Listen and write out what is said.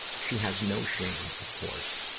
she has no shame, of course.